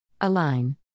align